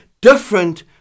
different